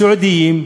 סיעודיים,